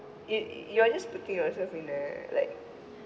you you're just putting yourself in the like